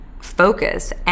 focus